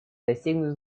достигнут